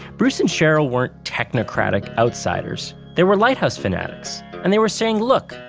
bruce and cheryl weren't technocratic outsiders. there were lighthouse fanatics and they were saying, look,